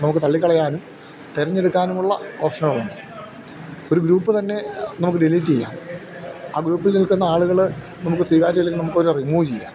നമുക്ക് തള്ളിക്കളയാനും തെരഞ്ഞെടുക്കാനുമുള്ള ഓപ്ഷനുകളുണ്ട് ഒരു ഗ്രൂപ്പ് തന്നെ നമുക്ക് ഡിലീറ്റെയ്യാം ആ ഗ്രൂപ്പിൽ നിൽക്കുന്ന ആളുകള് നമുക്ക് സ്വീകാര്യമല്ലെങ്കിൽ നമുക്കവരെ റിമൂവ് ചെയ്യാം